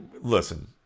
listen